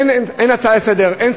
אין הצעה לסדר-היום,